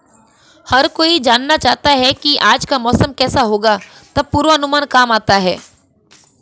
हर कोई जानना चाहता है की आज का मौसम केसा होगा तब पूर्वानुमान काम आता है